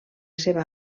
seva